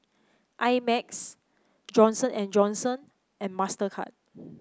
I Max Johnson And Johnson and Mastercard